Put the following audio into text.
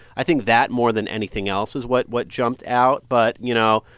i think that more than anything else is what what jumped out but, you know,